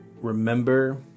remember